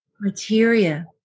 criteria